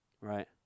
right